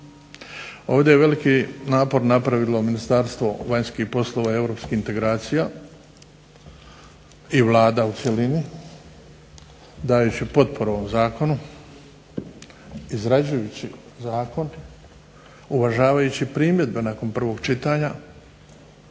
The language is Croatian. Ovdje je veliki napor napravilo Ministarstvo vanjskih poslova i integracija i Vlada u cjelini dajući potporu ovom Zakonu, izrađujući zakon, uvažavajući primjedbe nakon prvog čitanja.